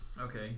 Okay